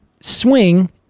swing